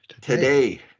Today